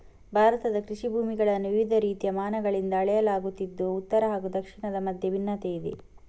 ಭಾರತದ ಕೃಷಿ ಭೂಮಿಗಳನ್ನು ವಿವಿಧ ರೀತಿಯ ಮಾನಗಳಿಂದ ಅಳೆಯಲಾಗುತ್ತಿದ್ದು ಉತ್ತರ ಹಾಗೂ ದಕ್ಷಿಣದ ಮಧ್ಯೆ ಭಿನ್ನತೆಯಿದೆ